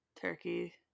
turkey